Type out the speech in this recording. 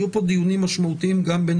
יהיו פה דיונים משמעותיים גם בין